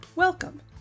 Welcome